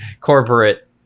corporate